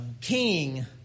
king